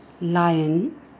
lion